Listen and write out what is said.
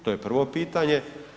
To je prvo pitanje.